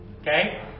Okay